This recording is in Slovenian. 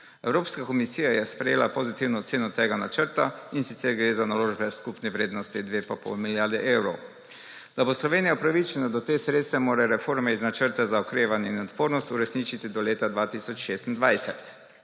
Evropska komisija je sprejela pozitivno oceno tega načrta, in sicer gre za naložbe v skupni vrednost 2,5 milijarde evrov. Da bo Slovenija upravičena do teh sredstev, mora reforme iz Načrta za okrevanje in odpornost uresničiti do leta 2026.